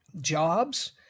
jobs